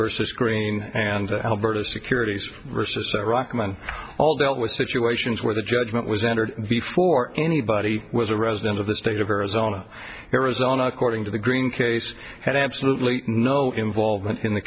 versus green and alberta securities versus iraq men all dealt with situations where the judgment was entered before anybody was a resident of the state of arizona arizona according to the green case had absolutely no involvement in th